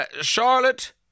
Charlotte